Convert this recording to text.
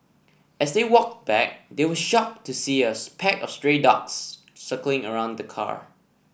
as they walked back they were shocked to see a pack of stray dogs circling around the car